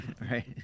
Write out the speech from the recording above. Right